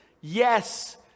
Yes